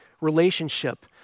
relationship